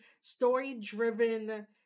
story-driven